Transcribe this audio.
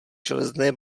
železné